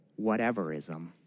whateverism